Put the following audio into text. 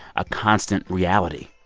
a constant reality.